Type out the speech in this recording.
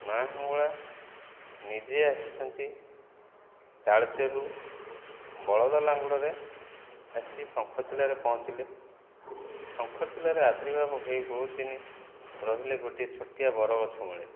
ମାଁ ହିଙ୍ଗୁଳା ନିଜେ ଆସିଛନ୍ତି ତାଳଚେରରୁ ବଳଦ ଲାଙ୍ଗୁଡ଼ରେ ଆସି ଶଙ୍ଖଚିଲ୍ଲାରେ ପହଁଛିଲେ ଶଙ୍ଖଚିଲ୍ଲାରେ ଆବିର୍ଭାବ ହେଇ ବହୁତ ଦିନ ରହିଲେ ଗୋଟିଏ ଛୋଟିଆ ବରଗଛ ମୂଳେ